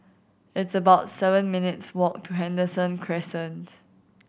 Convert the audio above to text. it's about seven minutes' walk to Henderson Crescent